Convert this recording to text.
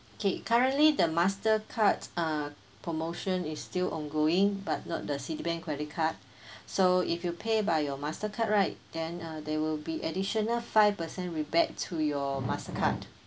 okay currently the Mastercard's uh promotion is still ongoing but not the Citibank credit card so if you pay by your Mastercard right then uh there will be additional five percent rebate to your Mastercard